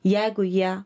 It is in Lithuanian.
jeigu jie